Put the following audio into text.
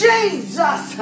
Jesus